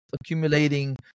accumulating